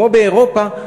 כמו באירופה,